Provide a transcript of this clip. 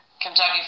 Kentucky